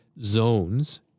zones